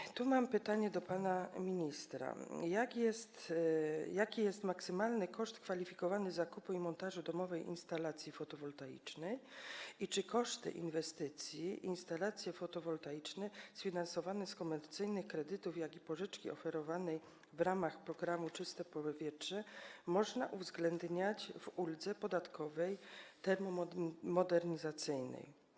I tu mam pytanie do pana ministra: Jaki jest maksymalny koszt kwalifikowany zakupu i montażu domowej instalacji fotowoltaicznej i czy koszty inwestycji dotyczących instalacji fotowoltaicznych sfinansowanych z komercyjnych kredytów, jak również z pożyczek oferowanych w ramach programu „Czyste powietrze” można uwzględniać w uldze podatkowej termomodernizacyjnej?